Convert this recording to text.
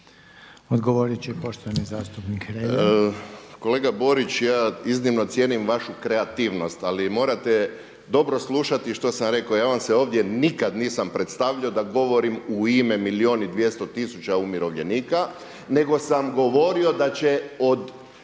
Odgovoriti će poštovani zastupnik